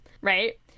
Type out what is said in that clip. right